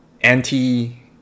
anti